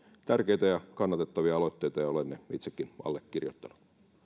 tärkeitä ja kannatettavia aloitteita ja olen ne itsekin allekirjoittanut